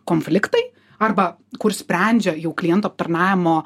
konfliktai arba kur sprendžia jau klientų aptarnavimo